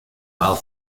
while